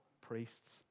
priests